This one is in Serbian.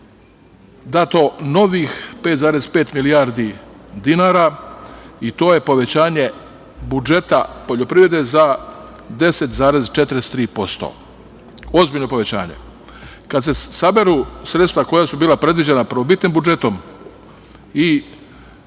dato novih 5,5 milijardi i to je povećanje budžeta poljoprivrede za 10,43%. Ozbiljno povećanje. Kad se saberu sredstva koja su bila predviđena prvobitnim budžetom i